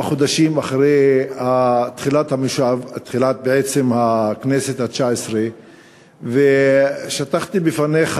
חודשים אחרי תחילת הכנסת התשע-עשרה ושטחתי בפניך,